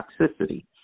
toxicity